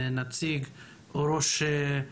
נציג משרד